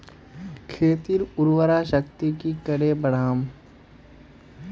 खेतीर उर्वरा शक्ति की करे बढ़ाम?